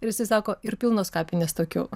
ir jisai sako ir pilnos kapinės tokių